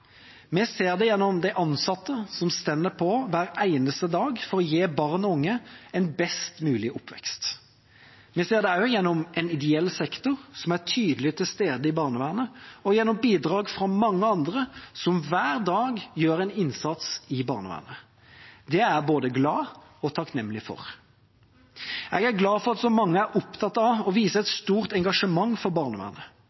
Vi ser det gjennom de ansatte som hver eneste dag står på for å gi barn og unge en best mulig oppvekst. Vi ser det også gjennom en ideell sektor som er tydelig til stede i barnevernet, og gjennom bidrag fra mange andre som hver dag gjør en innsats i barnevernet. Det er jeg både glad og takknemlig for. Jeg er glad for at så mange er opptatt av